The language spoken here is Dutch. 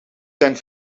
ten